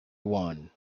one